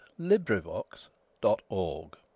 LibriVox.org